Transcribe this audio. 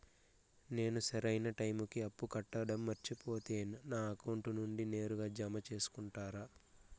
నేను సరైన టైముకి అప్పు కట్టడం మర్చిపోతే నా అకౌంట్ నుండి నేరుగా జామ సేసుకుంటారా?